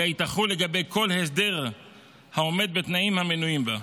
אלא היא תחול לגבי כל הסדר העומד בתנאים המנויים בה.